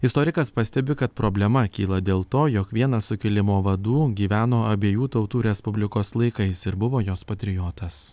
istorikas pastebi kad problema kyla dėl to jog vienas sukilimo vadų gyveno abiejų tautų respublikos laikais ir buvo jos patriotas